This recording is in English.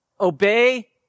obey